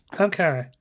Okay